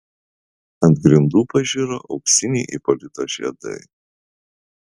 ant grindų pažiro auksiniai ipolito žiedai